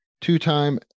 two-time